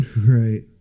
Right